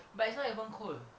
but it's not even cold